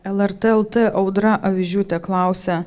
lrt lt audra avižiūtė klausia